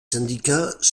syndicats